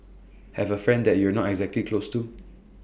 have A friend that you're not exactly close to